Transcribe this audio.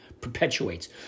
perpetuates